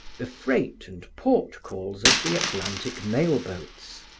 the freight and port calls of the atlantic mail boats.